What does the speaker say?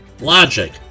logic